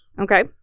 Okay